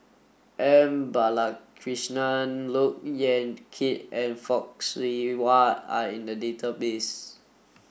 M Balakrishnan Look Yan Kit and Fock Siew Wah are in the database